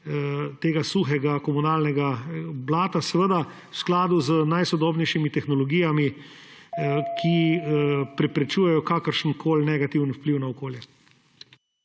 tega suhega komunalnega blata, seveda v skladu z najsodobnejšimi tehnologijami, ki preprečujejo kakršenkoli negativni vpliv na okolje.